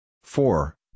four